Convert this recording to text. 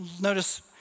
notice